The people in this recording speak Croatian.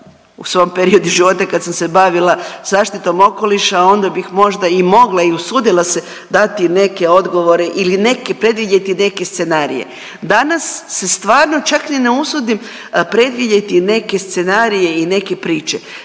u svom periodu života kad sam se bavila zaštitom okoliša onda bih možda i mogla i usudila se dati neke odgovore ili predvidjeti neke scenarije. Danas se stvarno čak ni ne usudim predvidjeti neke scenarije i neke priče.